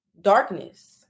darkness